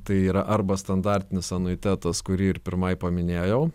tai yra arba standartinis anuitetas kurį ir pirmai paminėjau